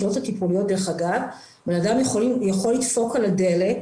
בקהילות הטיפוליות בן אדם יכול לדפוק על הדלת